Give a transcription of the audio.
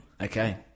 okay